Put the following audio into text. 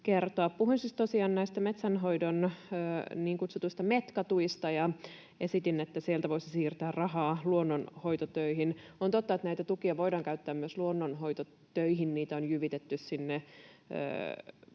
näistä metsänhoidon niin kutsutuista Metka-tuista ja esitin, että sieltä voisi siirtää rahaa luonnonhoitotöihin. On totta, että näitä tukia voidaan käyttää myös luonnonhoitotöihin. Sinne on jyvitetty pieni